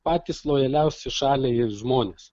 patys lojaliausi šaliai žmonės